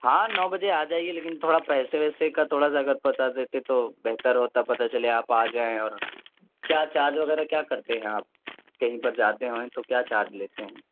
ہاں نو بجے آ جائیے لیکن تھوڑا پیسے ویسے کا تھوڑا سا اگر بتا دیتے تو بہتر ہوتا پتا چلے آپ آ جائیں اور کیا چارج وغیرہ کیا کرتے ہیں آپ کہیں پر جاتے ہیں تو کیا چارج لیتے ہیں